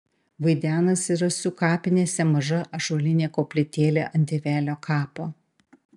vaidenasi rasų kapinėse maža ąžuolinė koplytėlė ant tėvelio kapo